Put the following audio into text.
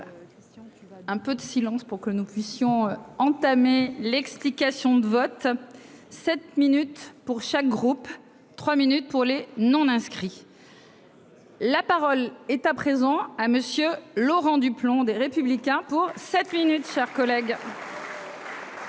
Un peu de silence, pour que nous puissions entamer l'explication de vote. 7 minutes pour chaque groupe, 3 minutes pour les non inscrits. La parole est à présent à monsieur Laurent Duplomb des républicains pour sept minutes, chers collègues.